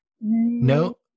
No